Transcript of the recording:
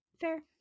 Fair